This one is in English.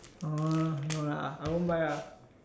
!huh! no lah I won't buy lah